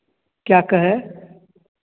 क्या कहे